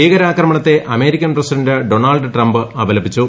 ഭീകരാക്രമണത്തെ American president Donald Trump അപലപിച്ചു